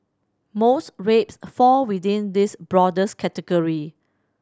most rapes fall within this broadest category